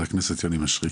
חבר הכסת יוני מישרקי.